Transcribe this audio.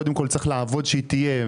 קודם כול צריך לעבוד שהיא תהיה.